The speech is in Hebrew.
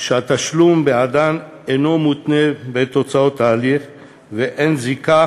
שהתשלום בעדן אינו מותנה בתוצאות ההליך ואין זיקה